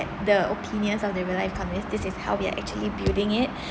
the opinions of the real life economist this is how we are actually building it